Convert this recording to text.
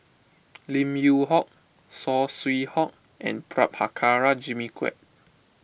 Lim Yew Hock Saw Swee Hock and Prabhakara Jimmy Quek